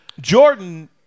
Jordan